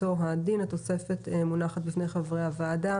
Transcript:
אותו הדין, התוספת מונחת בפני חברי הוועדה.